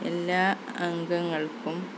എല്ലാ അംഗങ്ങൾക്കും